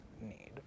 need